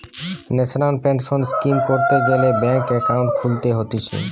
national pension scheme করতে গ্যালে bank account খুলতে হতিছে